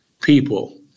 people